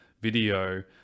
video